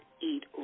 eat